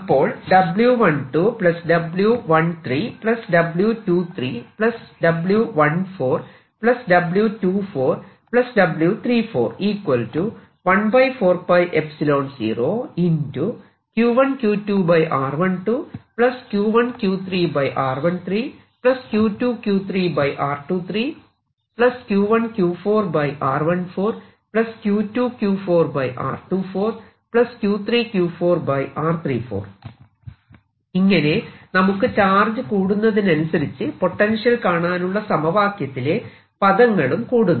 അപ്പോൾ ഇങ്ങനെ നമുക്ക് ചാർജ് കൂടുന്നതിനനുസരിച്ച് പൊട്ടൻഷ്യൽ കാണാനുള്ള സമവാക്യത്തിലെ പദങ്ങളും കൂടുന്നു